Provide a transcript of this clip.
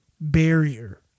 barrier